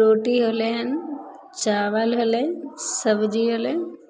रोटी होलै हन चावल होलै सब्जी होलै